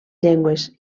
llengües